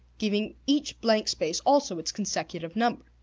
giving each blank space also its consecutive number.